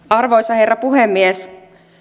arvoisa herra puhemies